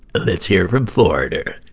let's hear from foreigner.